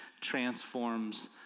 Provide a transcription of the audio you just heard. transforms